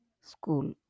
School